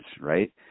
right